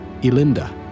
Elinda